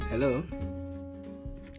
Hello